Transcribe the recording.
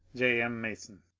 j. m. mason.